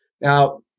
Now